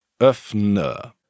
öffne